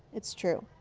it's true.